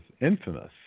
infamous